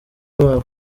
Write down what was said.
babo